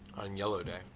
on yellow day.